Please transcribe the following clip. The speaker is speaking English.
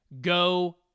Go